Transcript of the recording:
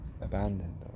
abandoned